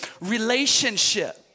relationship